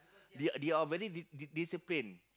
they are they are very di~ disciplined